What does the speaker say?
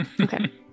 Okay